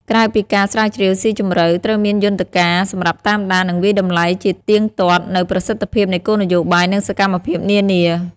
ក្រៅពីការស្រាវជ្រាវស៊ីជម្រៅ ត្រូវមានយន្តការសម្រាប់តាមដាន និងវាយតម្លៃជាទៀងទាត់នូវប្រសិទ្ធភាពនៃគោលនយោបាយ និងសកម្មភាពនានា។